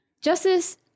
justice